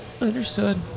understood